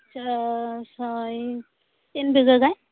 ᱪᱟᱥ ᱦᱳᱭ ᱛᱤᱱ ᱵᱤᱜᱷᱟᱹ ᱜᱟᱡ